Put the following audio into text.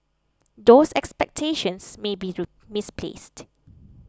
those expectations may be misplaced